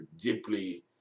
deeply